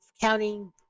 counting